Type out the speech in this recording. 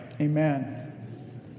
amen